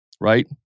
right